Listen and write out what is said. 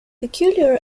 peculiar